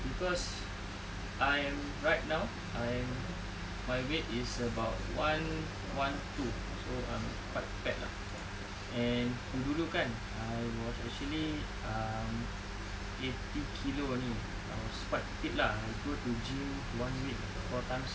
cause I am right now I'm my weight is about one one two so I'm quite fat lah and dulu-dulu kan I was actually um eighty kilo only I was quite fit lah go to gym one week four times